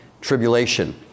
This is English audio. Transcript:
Tribulation